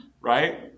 right